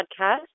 Podcast